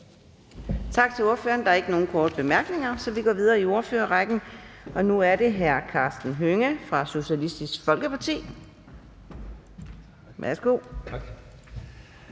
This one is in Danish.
Tak til ordføreren. Der er ikke nogen korte bemærkninger, så vi går videre i ordførerrækken. Nu er det fru Katrine Robsøe fra Radikale Venstre. Værsgo. Kl.